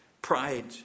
Pride